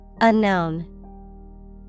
Unknown